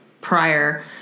prior